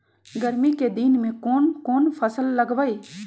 गर्मी के दिन में कौन कौन फसल लगबई?